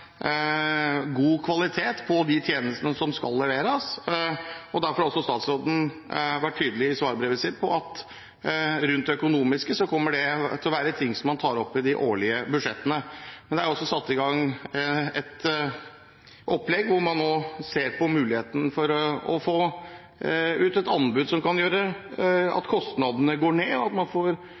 god kvalitet på de tjenestene som skal leveres. Derfor har statsråden vært tydelig i svarbrevet sitt om at rundt det økonomiske kommer det til å være ting som man tar opp i de årlige budsjettene. Det er også satt i gang et opplegg hvor man ser på muligheten for å få ut et anbud som kan gjøre at kostnadene går ned, og at man får